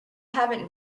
haven’t